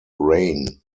reign